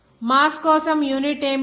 mass కోసం unit ఏమిటి